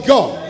God